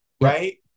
right